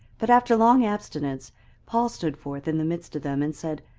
but after long abstinence paul stood forth in the midst of them, and said,